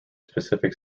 specific